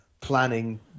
planning